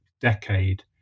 decade